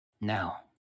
Now